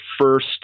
first